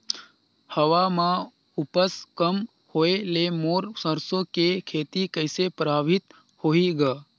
हवा म उमस कम होए ले मोर सरसो के खेती कइसे प्रभावित होही ग?